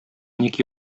ник